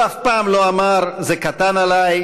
הוא אף פעם לא אמר: זה קטן עליי,